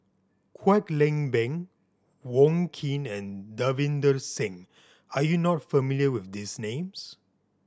Kwek Leng Beng Wong Keen and Davinder Singh are you not familiar with these names